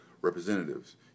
representatives